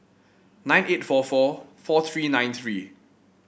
nine eight four four four three nine three